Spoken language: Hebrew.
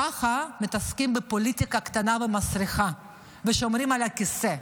ככה מתעסקים בפוליטיקה קטנה ומסריחה ושומרים על הכיסא.